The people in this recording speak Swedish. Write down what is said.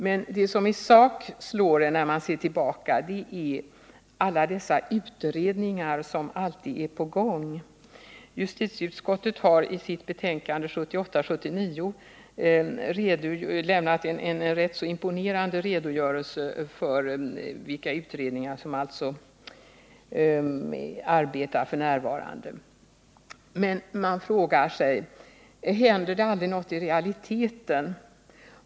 Men det som i sak slår en när man ser tillbaka är alla dessa utredningar som alltid är på gång. Justitieutskottet har i sitt betänkande 1978/79:9 lämnat en rätt imponerande redogörelse för vilka utredningar som arbetar f. n. Man frågar sig: Händer det aldrig något i realiteten?